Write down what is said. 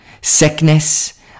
sickness